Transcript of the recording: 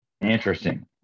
interesting